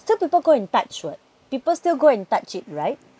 still people go and touch what people still go and touch it right